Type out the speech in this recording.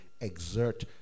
exert